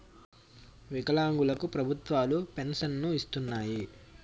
వికలాంగులు కు ప్రభుత్వాలు పెన్షన్ను ఇస్తున్నాయి